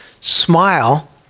Smile